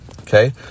okay